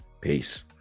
Peace